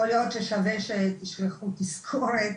יכול להיות ששווה שתשלחו תזכורת,